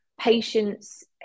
patients